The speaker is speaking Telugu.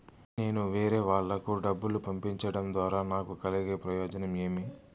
నేను వేరేవాళ్లకు డబ్బులు పంపించడం ద్వారా నాకు కలిగే ప్రయోజనం ఏమి?